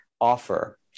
offer